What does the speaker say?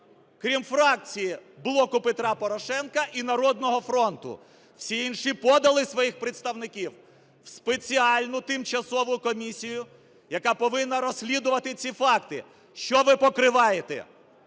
крім фракції "Блоку Петра Порошенка" і "Народного фронту". Всі інші подали своїх представників в спеціальну тимчасову комісію, яка повинна розслідувати ці факти. Що ви покриваєте?